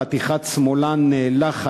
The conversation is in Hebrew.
חתיכת שמאלן נאלח,